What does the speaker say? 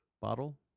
bottle